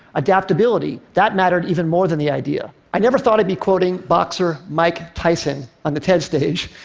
adaptability, that mattered even more than the idea. i never thought i'd be quoting boxer mike tyson on the ted stage,